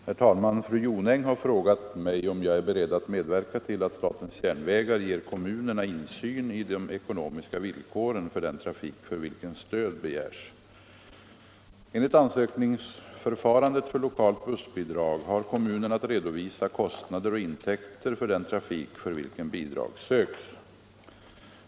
Herr talman! Fru Jonäng har frågat mig om jag är beredd att medverka till att SJ ger kommunerna insyn i de ekonomiska villkoren för den trafik för vilken stöd begärs. Enligt ansökningsförfarandet för lokalt bussbidrag har kommunen att redovisa kostnader och intäkter för den trafik för vilken bidrag söks.